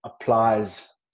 applies